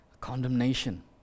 condemnation